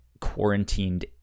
quarantined